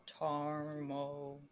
Tarmo